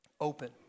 open